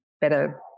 better